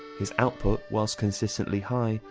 his output, whilst consistently high,